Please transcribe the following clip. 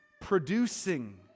producing